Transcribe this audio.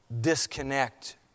disconnect